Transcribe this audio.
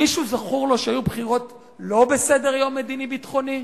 מישהו זכור לו שהיו בחירות לא בסדר-יום מדיני-ביטחוני?